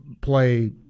play